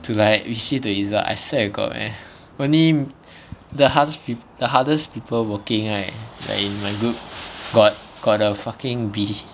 to like receive the result I swear to god leh only the hardest pe~ the hardest people working right like in my group got got a fucking B